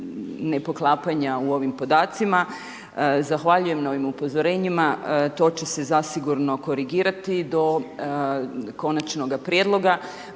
ne poklapanja u ovim podacima zahvaljujem na ovim upozorenjima, to će se zasigurno korigirati do konačnoga prijedloga.